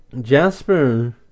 Jasper